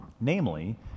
Namely